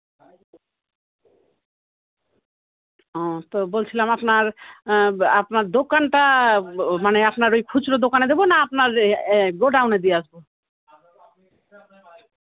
ও তো বলছিলাম আপনার আপনার দোকানটা ও মানে আপনার ওই খুচরো দোকানে দেবো না আপনার এ এ গোডাউনে দিয়ে আসবো